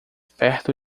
perto